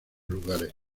lugares